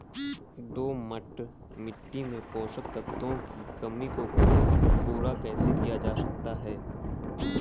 दोमट मिट्टी में पोषक तत्वों की कमी को पूरा कैसे किया जा सकता है?